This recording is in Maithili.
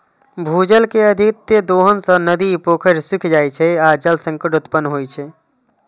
भूजल के अत्यधिक दोहन सं नदी, पोखरि सूखि जाइ छै आ जल संकट उत्पन्न होइ छै